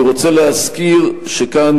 אני רוצה להזכיר שכאן,